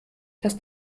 dass